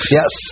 yes